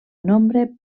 nombre